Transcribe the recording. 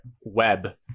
web